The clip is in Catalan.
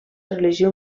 religió